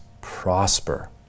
prosper